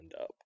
up